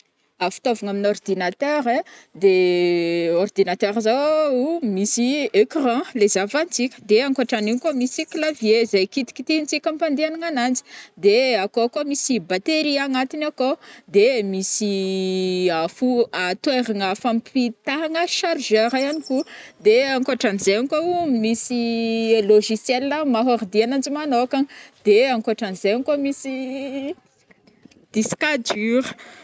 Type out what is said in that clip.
Fitaovana amin'ny ordinateur ai, de ordinateur zao misy ecran le zahavantsika de ankoatranigny koa misy clavier izay kitikitihantsika ampandeanagna agnanjy, de akao koa misy batterie agnatiny akao, de misy fo- toeragna fampitahagna chargeur ihany ko, de ankoatranzay ihany kô misy logiciel maha-ordi ananjy magnokana, de ankoatranzai ihany ko misy disque dur.